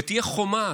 ותהיה חומה,